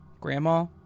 Grandma